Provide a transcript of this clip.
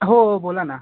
हो हो बोला ना